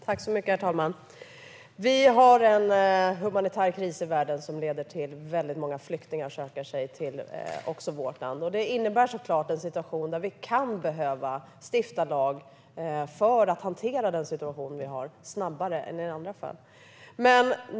Herr talman! Det råder en humanitär kris i världen som leder till att många flyktingar söker sig även till vårt land. Det innebär såklart en situation där riksdagen kan behöva stifta lag för att kunna hantera situationen snabbare än i andra fall.